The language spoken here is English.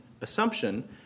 assumption